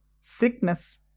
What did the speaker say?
sickness